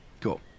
Cool